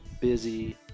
busy